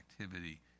activity